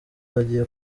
bagiye